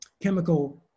chemical